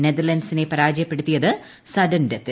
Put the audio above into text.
നെതർലന്റ്സിനെ പരാജയപ്പെടുത്തിയത് സഡ്ൻഡെത്തിൽ